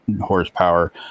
horsepower